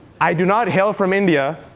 i do not hail from india.